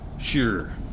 Sure